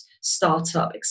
startup